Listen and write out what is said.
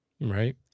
Right